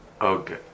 Okay